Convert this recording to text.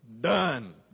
done